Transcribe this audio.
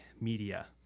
media